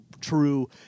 true